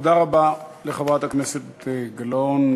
תודה רבה לחברת הכנסת גלאון.